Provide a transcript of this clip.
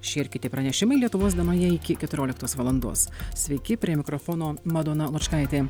šie ir kiti pranešimai lietuvos dienoje iki keturioliktos valandos sveiki prie mikrofono madona lučkaitė